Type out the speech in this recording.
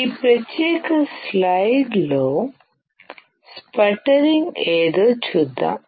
ఈ ప్రత్యేక స్లయిడ్లో స్పట్టరింగ్ ఏదో చూద్దాం